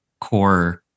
core